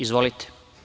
Izvolite.